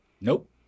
Nope